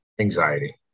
anxiety